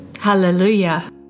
Hallelujah